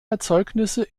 erzeugnisse